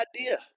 idea